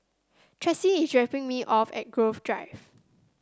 Tressie is dropping me off at Grove Drive